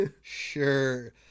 Sure